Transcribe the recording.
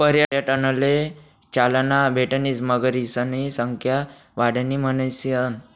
पर्यटनले चालना भेटणी मगरीसनी संख्या वाढणी म्हणीसन